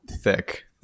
thick